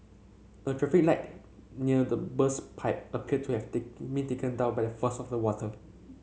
a traffic light near the burst pipe appeared to have thick me taken down by the force of the water